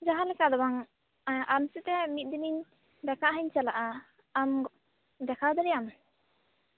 ᱡᱟᱦᱟᱸ ᱞᱮᱠᱟ ᱫᱚ ᱵᱟᱝ ᱮᱸᱜ ᱟᱢ ᱥᱟᱛᱮ ᱢᱤᱫᱽ ᱫᱤᱱ ᱤᱧ ᱫᱮᱠᱷᱟᱜ ᱦᱟᱹᱜ ᱤᱧ ᱪᱟᱞᱟᱜᱼᱟ ᱟᱢ ᱫᱮᱠᱷᱟ ᱫᱟᱲᱮᱭᱟᱜᱼᱟᱢ